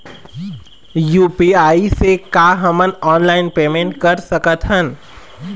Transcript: UPI से का हमन ऑनलाइन पेमेंट कर सकत हन?